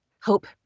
hope